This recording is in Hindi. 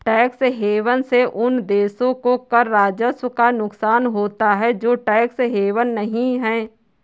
टैक्स हेवन से उन देशों को कर राजस्व का नुकसान होता है जो टैक्स हेवन नहीं हैं